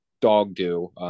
dog-do